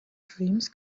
dreams